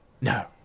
No